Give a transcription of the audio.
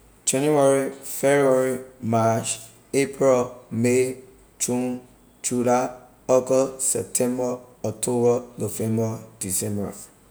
January february march april may june july august september october november december